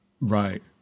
Right